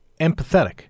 empathetic